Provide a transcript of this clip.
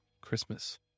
Christmas